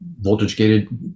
voltage-gated